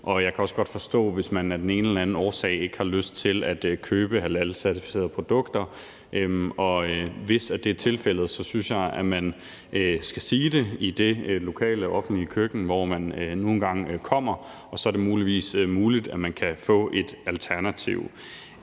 jeg kan også godt forstå, hvis man af den ene eller den anden årsag ikke har lyst til at købe halalcertificerede produkter. Hvis det er tilfældet, synes jeg, at man skal sige det i det lokale offentlige køkken, hvor man nu engang kommer. Så er det muligvis muligt, at man kan få et alternativ.